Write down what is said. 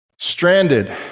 Stranded